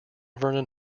vernon